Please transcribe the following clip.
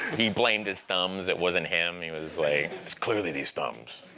he blamed his thumbs. it wasn't him. he was like, it's clearly these thumbs.